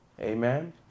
Amen